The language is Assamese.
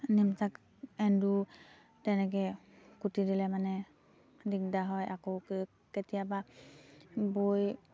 এন্দুৰ তেনেকে কুটি দিলে মানে দিগদাৰ হয় আকৌ কেতিয়াবা বৈ